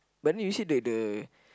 but then you see that the